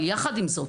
אבל יחד עם זאת,